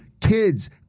Kids